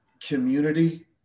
community